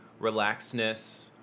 relaxedness